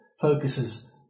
focuses